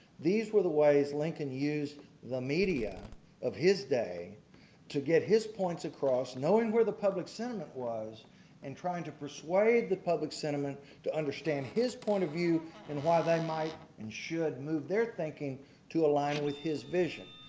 these were ways lincoln used the media of his day to get his point across knowing where the public sentiment was and trying to persuade the public sentiment to understand his point of view and why they might and should move their thinking to align with his vision.